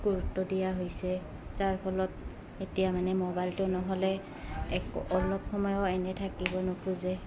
গুৰুত্ব দিয়া হৈছে যাৰ ফলত এতিয়া মানে মোবাইলটো নহ'লে একো অলপ সময়ও এনেই থাকিব নোখোজে